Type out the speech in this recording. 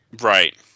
Right